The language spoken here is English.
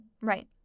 Right